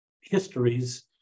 histories